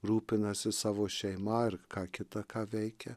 rūpinasi savo šeima ar ką kita ką veikia